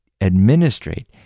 administrate